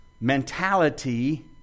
mentality